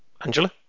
Angela